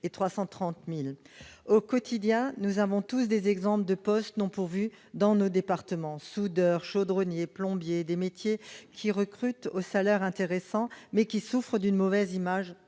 330 000. Au quotidien, nous avons tous des exemples de postes non pourvus dans nos départements : soudeurs, chaudronniers, plombiers, notamment, des métiers qui recrutent, aux salaires intéressants, mais qui souffrent d'une mauvaise image,